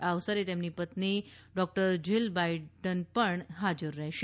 આ અવસરે તેમની પત્ની ડોકટર જીલ બાઇડન પણ હાજર રહેશે